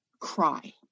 cry